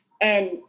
And-